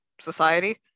society